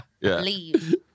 Leave